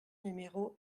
numéro